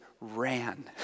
ran